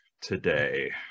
today